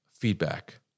feedback